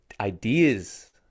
ideas